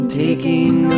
taking